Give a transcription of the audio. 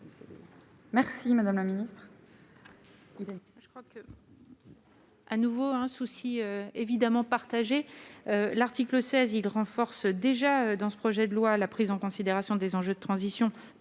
Merci madame la ministre.